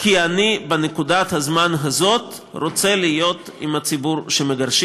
כי אני בנקודת הזמן הזאת רוצה להיות עם הציבור שמגרשים,